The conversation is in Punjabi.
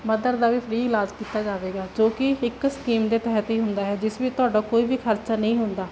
ਮਦਰ ਦਾ ਵੀ ਫਰੀ ਇਲਾਜ ਕੀਤਾ ਜਾਵੇਗਾ ਜੋ ਕਿ ਇੱਕ ਸਕੀਮ ਦੇ ਤਹਿਤ ਹੀ ਹੁੰਦਾ ਹੈ ਜਿਸ ਵਿੱਚ ਤੁਹਾਡਾ ਕੋਈ ਵੀ ਖਰਚਾ ਨਹੀਂ ਹੁੰਦਾ